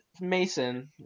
Mason